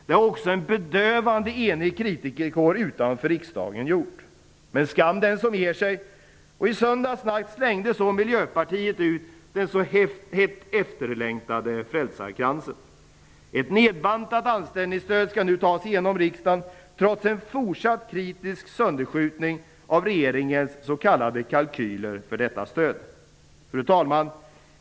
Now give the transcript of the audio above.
Det har också en bedövande enig kritikerkår utanför riksdagen gjort. Men skam den som ger sig! I söndags natt slängde så Miljöpartiet ut den så hett efterlängtade frälsarkransen. Ett nedbantat anställningsstöd skall nu ta sig genom riksdagen, trots en fortsatt kritisk sönderskjutning av regeringens s.k. kalkyler för detta stöd. Fru talman!